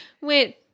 wait